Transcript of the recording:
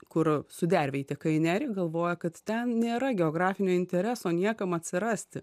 kur sudervė įteka į nerį galvoja kad ten nėra geografinio intereso niekam atsirasti